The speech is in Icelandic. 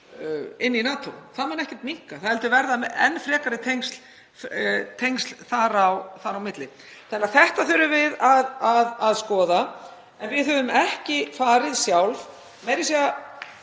inn í NATO. Það mun ekkert minnka heldur verða enn frekari tengsl þar á milli. Þannig að þetta þurfum við að skoða. En við höfum ekki farið sjálf — og ég